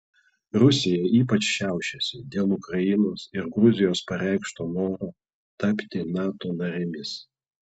rusija ypač šiaušiasi dėl ukrainos ir gruzijos pareikšto noro tapti nato narėmis